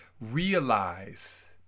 realize